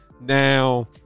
Now